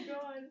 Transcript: god